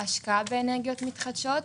להשקעה באנרגיות מתחדשות,